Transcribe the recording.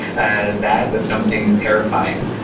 ah that is something terrifying,